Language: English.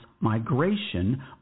migration